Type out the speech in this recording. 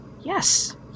Yes